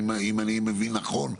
אם אני מבין נכון,